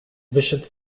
wyszedł